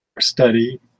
study